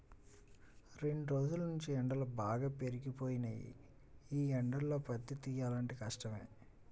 రెండ్రోజుల్నుంచీ ఎండలు బాగా పెరిగిపోయినియ్యి, యీ ఎండల్లో పత్తి తియ్యాలంటే కష్టమే